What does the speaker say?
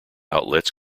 outlets